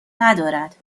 ندارد